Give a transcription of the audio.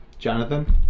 Jonathan